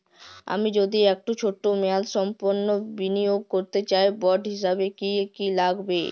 আমি যদি একটু ছোট মেয়াদসম্পন্ন বিনিয়োগ করতে চাই বন্ড হিসেবে কী কী লাগবে?